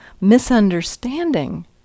misunderstanding